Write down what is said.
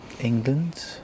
England